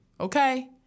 okay